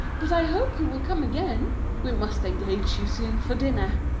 but i hope you will come again. we must engage you soon for dinner.